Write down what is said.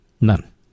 None